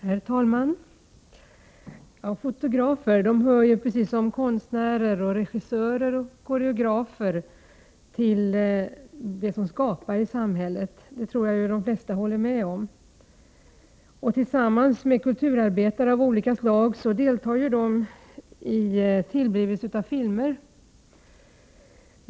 Herr talman! Fotografer hör precis som konstnärer, regissörer och koreografer till dem som skapar i samhället. Det tror jag att de flesta håller med om. Tillsammans med kulturarbetare av olika slag deltar de i tillblivelsen av filmer.